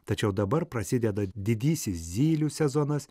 tačiau dabar prasideda didysis zylių sezonas